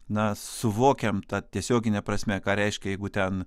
na suvokiam tą tiesiogine prasme ką reiškia jeigu ten